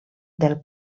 del